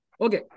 Okay